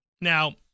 Now